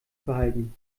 verhalten